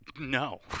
No